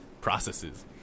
processes